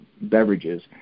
beverages